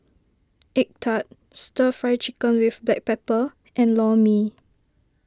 Egg Tart Stir Fry Chicken with Black Pepper and Lor Mee